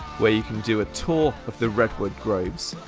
where you can do a tour of the redwood groves,